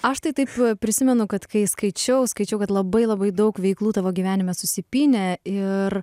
aš tai taip prisimenu kad kai skaičiau skaičiau kad labai labai daug veiklų tavo gyvenime susipynę ir